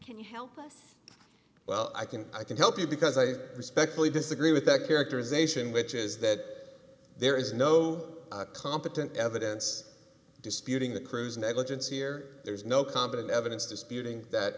can you help us well i can i can help you because i respectfully disagree with that characterization which is that there is no competent evidence disputing the crew's negligence here there's no competent evidence disputing that